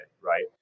right